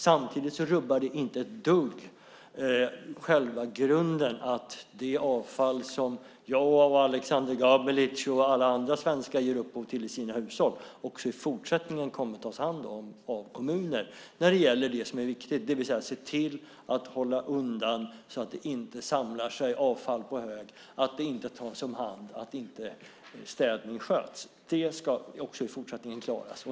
Samtidigt rubbar det inte själva grunden ett dugg: Det avfall som jag, Aleksander Gabelic och andra svenskar ger upphov till i sina hushåll kommer också i fortsättningen att tas hand om av kommuner när det gäller det som är viktigt, det vill säga att se till att hålla undan så att avfall inte samlas på hög och inte tas om hand och att städningen inte sköts. Det ska också i fortsättningen klaras.